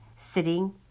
sitting